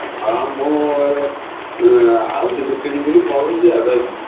ହଁ ମୁଁ ଏବେ ଆଉ କିଛି କିଣିକିରି ପଳଉଛି ଆଉ ରହିଲି